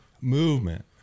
movement